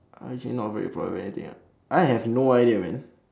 I'm actually not very proud of anything ah I have no idea man